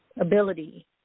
ability